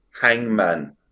hangman